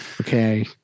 Okay